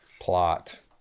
plot